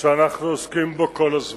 שאנחנו עוסקים בו כל הזמן.